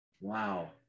Wow